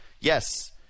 yes